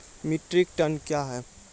Metric ton कया हैं?